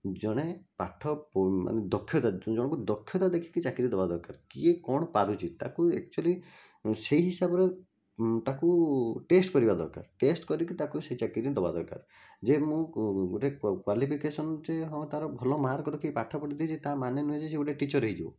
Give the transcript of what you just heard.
ଜଣେ ପାଠ ଦକ୍ଷ୍ୟତା ଜଣକୁ ଦକ୍ଷ୍ୟତା ଦେଖିକି ଚାକିରି ଦେବା ଦରକାର କିଏ କଣ ପାରୁଛି ତାକୁ ଆକ୍ଚ୍ୟୁଲି ସେଇ ହିସାବରେ ତାକୁ ଟେଷ୍ଟ କରିବା ଦରକାର ଟେଷ୍ଟ କରିକି ସେ ଚାକିରି ଦେବା ଦରକାର ଯେ ମୋ ଗୋଟିଏ କ୍ୱାଲିଫିକେସନ ଟିଏ ହଁ ତାର ଭଲ ମାର୍କ ରଖି ପାଠ ପଢ଼ିଦେଇଛି ତା'ମାନେ ନୁହେଁ କି ସେ ଜଣେ ଟିଚର ହୋଇଯିବ